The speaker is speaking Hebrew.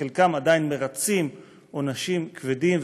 וחלקם עדיין מרצים עונשים כבדים,